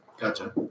gotcha